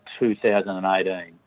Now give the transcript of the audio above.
2018